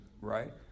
right